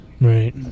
Right